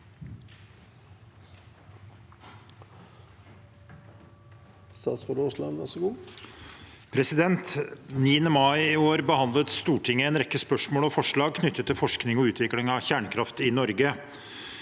Den 9. mai i år behandlet Stortinget en rekke spørsmål og forslag knyttet til forskning og utvikling av kjernekraft i Norge.